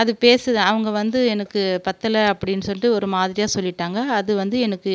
அது பேசுது அவங்க வந்து எனக்கு பத்தலை அப்படின்னு சொல்லிட்டு ஒரு மாதிரியாக சொல்லிவிட்டாங்க அது வந்து எனக்கு